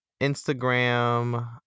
Instagram